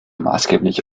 maßgeblich